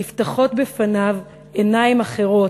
נפתחות בפניו עיניים אחרות,